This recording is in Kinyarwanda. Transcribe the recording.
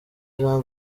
jean